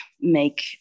make